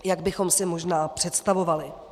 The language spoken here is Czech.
... jak bychom si možná představovali.